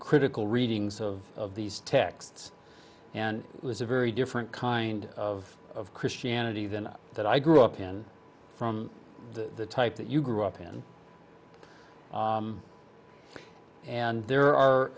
critical readings of these texts and it was a very different kind of christianity than that i grew up in from the type that you grew up in and there are